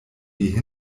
die